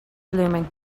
blooming